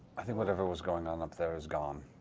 whatever was going on up there is gone.